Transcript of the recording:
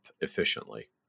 efficiently